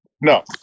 No